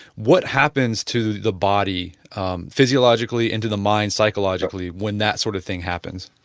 what happens to the body um physiologically and to the mind psychologically when that sort of thing happens?